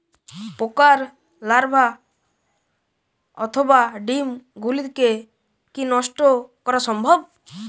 পোকার লার্ভা অথবা ডিম গুলিকে কী নষ্ট করা সম্ভব?